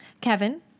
Kevin